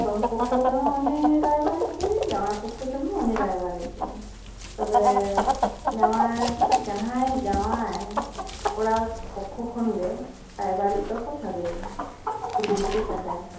ᱵᱟᱹᱦᱩ ᱯᱚᱠᱠᱷᱚ ᱛᱮᱦᱚᱸ ᱩᱱᱤ ᱨᱟᱭᱵᱟᱨᱤᱡᱜᱮ ᱡᱟᱶᱭᱟᱭ ᱯᱚᱠᱷᱚ ᱛᱮᱦᱚᱸ ᱩᱱᱤ ᱨᱟᱭᱵᱟᱨᱤᱡ ᱜᱮ ᱛᱚᱵᱮ ᱡᱟᱶᱭᱟᱭ ᱡᱟᱦᱟᱭ ᱡᱟᱶᱭᱟᱭ ᱠᱚᱲᱟ ᱯᱚᱠᱠᱷᱚ ᱠᱷᱚᱱ ᱜᱮ ᱨᱟᱭᱵᱟᱨᱤᱡ ᱫᱚᱠᱚ ᱥᱟᱵᱮᱭᱟ ᱠᱩᱲᱤ ᱜᱤᱫᱽᱨᱟᱹ ᱯᱟᱸᱡᱟᱨᱮ